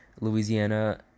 Louisiana